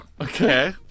Okay